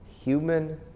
human